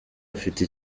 afite